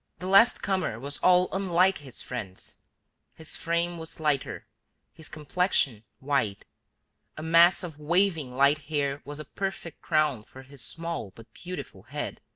the last comer was all unlike his friends his frame was slighter his complexion white a mass of waving light hair was a perfect crown for his small but beautiful head